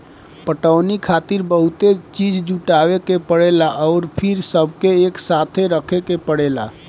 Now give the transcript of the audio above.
पटवनी खातिर बहुते चीज़ जुटावे के परेला अउर फिर सबके एकसाथे रखे के पड़ेला